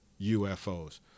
UFOs